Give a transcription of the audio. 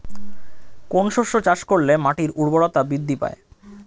কোন শস্য চাষ করলে মাটির উর্বরতা বৃদ্ধি পায়?